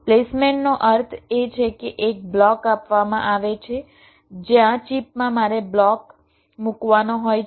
પ્લેસમેન્ટનો અર્થ એ છે કે એક બ્લોક આપવામાં આવે છે જ્યાં ચિપમાં મારે બ્લોક મૂકવાનો હોય છે